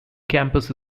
campus